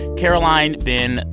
caroline, ben,